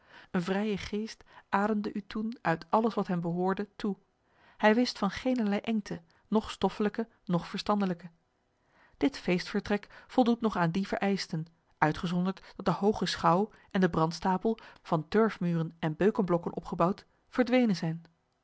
een vrije geest ademde u toen uit alles wat hem behoorde toe hij wist van geenerlei engte noch stoffelijke noch verstandelijke dit feestelijk voldoet nog aan die vereischten uitgezonderd dat de hooge schouw en de brandstapel van turfmuren en beuken blokken opgebouwd verdwenen zijn